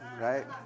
right